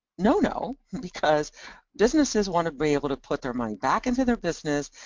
no-no, because businesses want to be able to put their money back into their business,